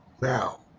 now